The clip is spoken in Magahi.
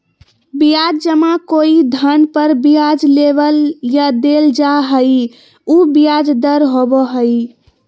ब्याज जमा कोई धन पर ब्याज लेबल या देल जा हइ उ ब्याज दर होबो हइ